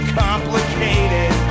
complicated